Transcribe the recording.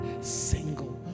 single